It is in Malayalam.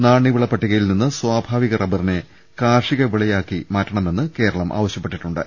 നാണ്യവിള പട്ടികയിൽനിന്ന് സ്വാഭാവിക റബ്ബറിനെ കാർഷിക വിളയായി മാറ്റണമെന്ന് കേരളം ആവശ്യപ്പെട്ടിട്ടുണ്ട്